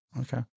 Okay